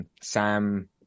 Sam